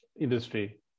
industry